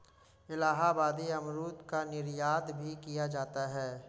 इलाहाबादी अमरूद का निर्यात भी किया जाता है